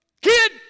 Kid